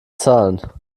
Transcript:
zahlen